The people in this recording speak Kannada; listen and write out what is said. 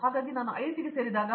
ಹಾಗಾಗಿ ನಾನು ಐಐಟಿಗೆ ಸೇರಿದಾಗ